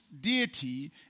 deity